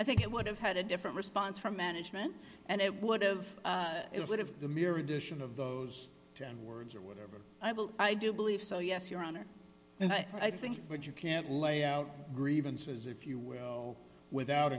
i think it would have had a different response from management and it would've it would have the mere addition of those words or whatever i will i do believe so yes your honor and i think what you can't lay out grievances if you will without